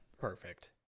Perfect